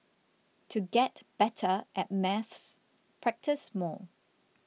to get better at maths practise more